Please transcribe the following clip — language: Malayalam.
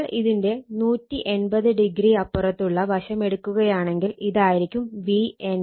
അപ്പോൾ ഇതിന്റെ 180o അപ്പുറത്തുള്ള വശമെടുക്കുകയാണെങ്കിൽ ഇതായിരിക്കും Vnb